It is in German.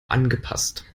angepasst